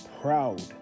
proud